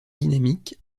dynamique